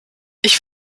ich